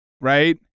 right